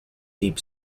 deep